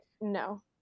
no